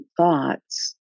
thoughts